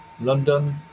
London